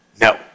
No